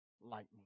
lightning